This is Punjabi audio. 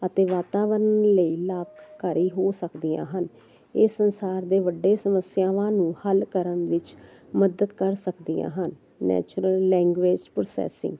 ਅਤੇ ਵਾਤਾਵਰਣ ਲਈ ਲਾਭਕਾਰੀ ਹੋ ਸਕਦੀਆਂ ਹਨ ਇਹ ਸੰਸਾਰ ਦੇ ਵੱਡੇ ਸਮੱਸਿਆਵਾਂ ਨੂੰ ਹੱਲ ਕਰਨ ਵਿੱਚ ਮਦਦ ਕਰ ਸਕਦੀਆਂ ਹਨ ਨੈਚੁਰਲ ਲੈਂਗੁਏਜ ਪ੍ਰੋਸੈਸਿੰਗ